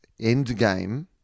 Endgame